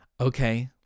okay